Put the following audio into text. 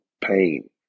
pain